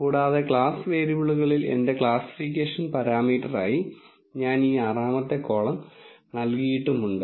കൂടാതെ ക്ലാസ് വേരിയബിളുകളിൽ എന്റെ ക്ലാസ്സിഫിക്കേഷൻ പരാമീറ്ററായി ഞാൻ ഈ ആറാമത്തെ കോളം നൽകിയിട്ടുണ്ട്